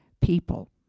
people